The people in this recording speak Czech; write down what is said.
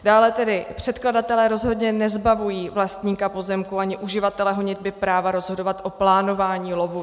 Dále tedy předkladatelé rozhodně nezbavují vlastníka pozemků ani uživatele honitby práva rozhodovat o plánování lovu.